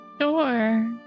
Sure